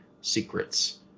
secrets